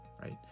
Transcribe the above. right